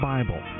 Bible